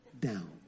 down